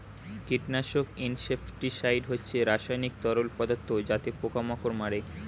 কীটনাশক ইনসেক্টিসাইড হচ্ছে রাসায়নিক তরল পদার্থ যাতে পোকা মাকড় মারে